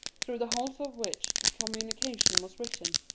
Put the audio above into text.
through the holes of which the communication was written.